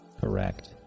Correct